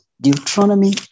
Deuteronomy